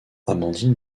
amandine